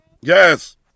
Yes